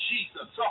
Jesus